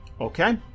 Okay